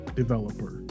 developer